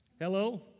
Hello